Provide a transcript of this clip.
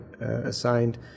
assigned